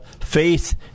Faith